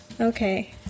Okay